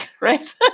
Right